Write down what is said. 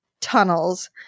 tunnels